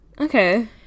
okay